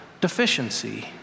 deficiency